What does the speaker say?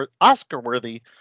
Oscar-worthy